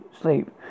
sleep